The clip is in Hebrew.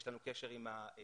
יש לנו קשר עם הדיקנים,